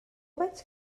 vaig